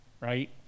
right